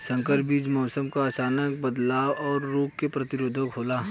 संकर बीज मौसम क अचानक बदलाव और रोग के प्रतिरोधक होला